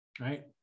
right